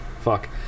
Fuck